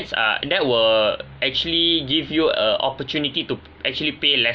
uh that will actually give you a opportunity to actually pay